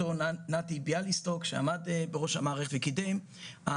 נתי ביאליסטוק שעמד בראש המערכת וקידם,